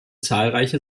zahlreiche